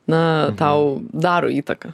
na tau daro įtaką